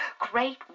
great